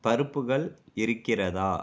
பருப்புகள் இருக்கிறதா